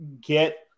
Get